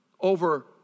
over